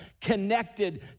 connected